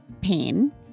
pain